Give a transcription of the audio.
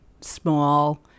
small